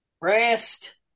Rest